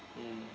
mm